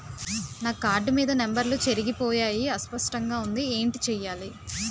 నా కార్డ్ మీద నంబర్లు చెరిగిపోయాయి అస్పష్టంగా వుంది ఏంటి చేయాలి?